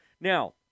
Now